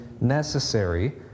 necessary